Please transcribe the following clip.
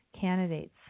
candidates